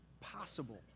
possible